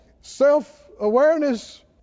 self-awareness